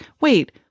wait